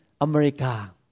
America